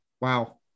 wow